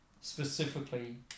specifically